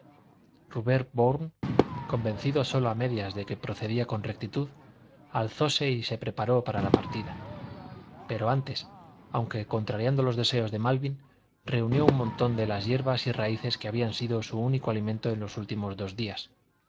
bourne convencido sólo a medias de que procedía con rectitud alzóse y se preparó para la partida pero antes aunque contrariando los deseos de malvin reunió un montón de las hierbas y raíces que habían sido su único alimento en los dos últimos días